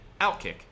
Outkick